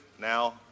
Now